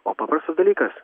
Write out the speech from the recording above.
o paprastas dalykas